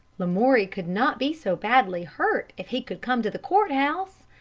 lamoury could not be so badly hurt if he could come to the court house!